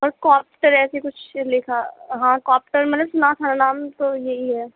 اور کاکٹر ایسے کچھ لكھا ہاں كاكٹر میں نے سُنا تھا نام تو یہی ہے